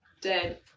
Dead